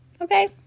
Okay